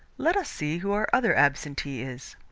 let us see who our other absentee is.